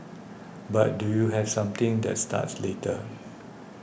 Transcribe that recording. but do you have something that starts later